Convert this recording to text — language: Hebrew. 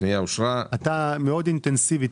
הפנייה אושרה אתה מאוד אינטנסיבי,